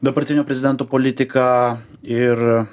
dabartinio prezidento politiką ir